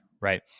right